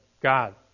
God